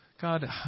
God